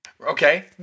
Okay